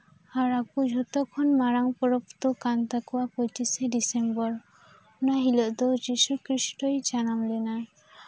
ᱟᱨ ᱟᱠᱚ ᱡᱚᱛᱚ ᱠᱷᱚᱱ ᱢᱟᱨᱟᱝ ᱯᱚᱨᱚᱵᱽ ᱫᱚ ᱠᱟᱱ ᱛᱟᱠᱳᱱᱟ ᱯᱚᱸᱪᱤᱥᱮ ᱰᱤᱥᱮᱢᱵᱚᱨ ᱚᱱᱟ ᱦᱤᱞᱳᱜ ᱫᱚ ᱡᱤᱥᱩ ᱠᱷᱤᱥᱴᱚᱭ ᱡᱟᱱᱟᱢ ᱞᱮᱱᱟ